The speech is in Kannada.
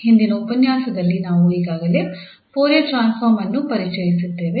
ಹಿಂದಿನ ಉಪನ್ಯಾಸದಲ್ಲಿ ನಾವು ಈಗಾಗಲೇ ಫೋರಿಯರ್ ಟ್ರಾನ್ಸ್ಫಾರ್ಮ್ ಅನ್ನು ಪರಿಚಯಿಸಿದ್ದೇವೆ